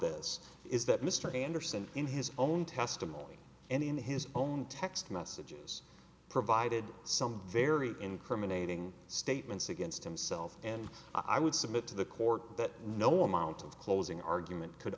this is that mr anderson in his own testimony and in his own text messages provided some very incriminating statements against himself and i would submit to the court that no amount of closing argument could